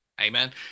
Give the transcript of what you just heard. Amen